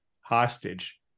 hostage